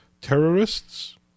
terrorists